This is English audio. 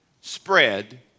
spread